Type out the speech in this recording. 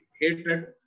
hated